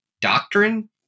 doctrine